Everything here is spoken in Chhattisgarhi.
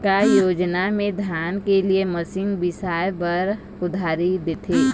का योजना मे धान के लिए मशीन बिसाए बर उधारी देथे?